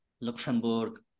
Luxembourg